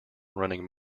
running